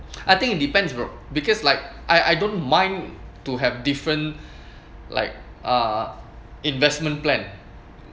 I think it depends bro because like I I don't mind to have different like uh investment plan